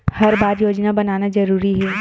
हर बार योजना बनाना जरूरी है?